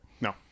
No